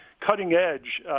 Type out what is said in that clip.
cutting-edge